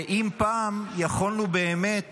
אם פעם יכולנו באמת